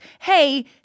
hey